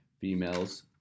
females